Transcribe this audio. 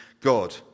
God